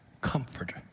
comfort